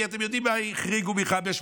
כי אתם יודעים מה החריגו מ-511,